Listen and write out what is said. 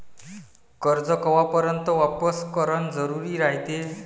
कर्ज कवापर्यंत वापिस करन जरुरी रायते?